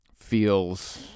feels